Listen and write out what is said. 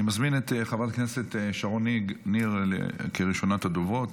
אני מזמין את חבר הכנסת שרון ניר כראשונת הדוברות.